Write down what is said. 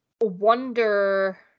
wonder